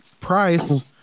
price